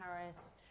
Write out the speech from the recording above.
Paris